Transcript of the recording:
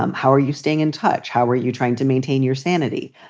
um how are you staying in touch? how are you trying to maintain your sanity?